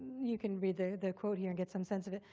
you can read the quote here and get some sense of it.